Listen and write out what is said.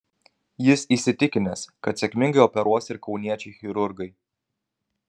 jis įsitikinęs kad sėkmingai operuos ir kauniečiai chirurgai